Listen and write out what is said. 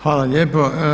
Hvala lijepo.